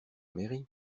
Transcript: mairie